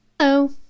Hello